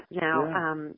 Now